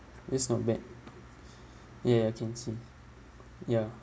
it's not bad ya I can see ya